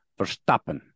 Verstappen